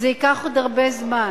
זה ייקח עוד הרבה זמן,